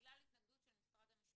בגלל התנגדות של משרד המשפטים.